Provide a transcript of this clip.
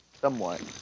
somewhat